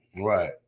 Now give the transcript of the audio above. Right